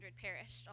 perished